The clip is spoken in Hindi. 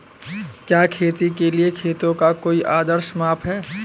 क्या खेती के लिए खेतों का कोई आदर्श माप है?